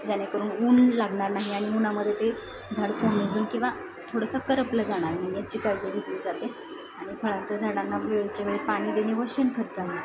जेणेकरून ऊन लागणार नाही आणि उन्हामध्ये ते झाड कोमेजून किंवा थोडंसं करपलं जाणार नाही याची काळजी घेतली जाते आणि फळांच्या झाडांना वेळच्या वेळी पाणी देणे व शेणखत